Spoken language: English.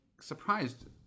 surprised